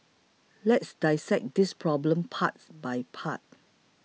let's dissect this problem part by part